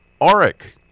auric